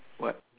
what